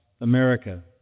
America